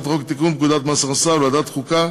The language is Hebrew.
חוק לתיקון פקודת מס הכנסה ולוועדת החוקה,